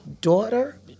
daughter